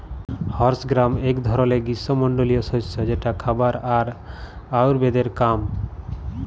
horse gram এক ধরলের গ্রীস্মমন্ডলীয় শস্য যেটা খাবার আর আয়ুর্বেদের কাম